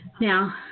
Now